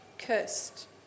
cursed